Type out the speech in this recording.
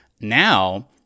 now